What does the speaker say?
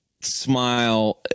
smile